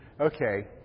Okay